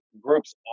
groups